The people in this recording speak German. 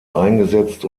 eingesetzt